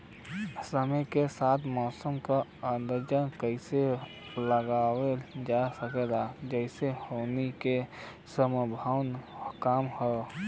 समय के साथ मौसम क अंदाजा कइसे लगावल जा सकेला जेसे हानि के सम्भावना कम हो?